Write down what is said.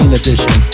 edition